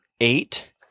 eight